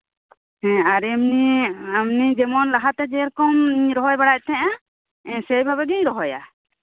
ᱦᱮᱸ ᱟᱨ ᱮᱢᱱᱤ ᱡᱮᱢᱚᱱ ᱞᱟᱦᱟᱛᱮ ᱡᱮᱨᱚᱠᱚᱢᱤᱧ ᱨᱚᱦᱚᱭ ᱵᱟᱲᱟᱭᱮᱫ ᱛᱟᱸᱦᱮᱫ ᱟ ᱥᱮ ᱵᱷᱟᱵᱮᱜᱤᱧ ᱨᱚᱦᱚᱭᱟ